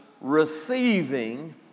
receiving